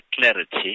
clarity